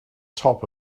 top